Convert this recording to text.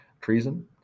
treason